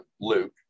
Luke